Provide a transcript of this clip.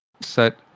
set